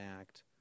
Act